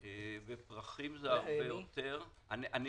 בפרחים זה הרבה יותר מגדלים.